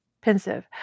Pensive